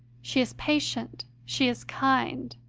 she is patient, she is kind.